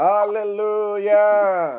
Hallelujah